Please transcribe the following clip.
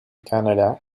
canada